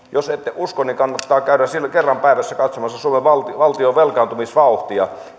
jos ette usko niin kannattaa käydä kerran päivässä katsomassa suomen valtion velkaantumisvauhtia